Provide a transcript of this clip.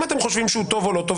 אם אתם חושבים שהוא טוב או לא טוב,